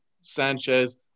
Sanchez